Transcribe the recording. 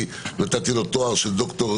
נתתי לו תואר של ד"ר,